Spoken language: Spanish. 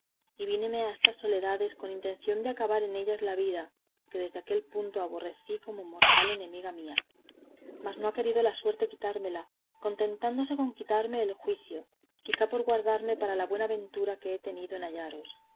y víneme a estas soledades con intención de acabar en ellas la vida que desde aquel punto aborrecí como mortal enemiga mía mas no ha querido la suerte quitármela contentándose con quitarme el juicio quizá por guardarme para la buena ventura que he tenido en hallaros